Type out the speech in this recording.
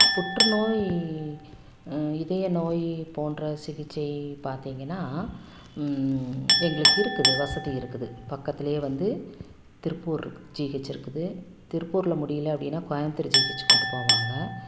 புற்றுநோய் இதய நோய் போன்ற சிகிச்சை பார்த்திங்கன்னா எங்களுக்கு இருக்குது வசதி இருக்குது பக்கத்திலே வந்து திருப்பூருக்கு ஜிஹெச் இருக்குது திருப்பூர்ல முடியல அப்படின்னா கோயமுத்தூர் ஜிஹெச்சிக்கு கொண்டு போவாங்க